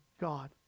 God